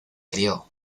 crio